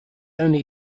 only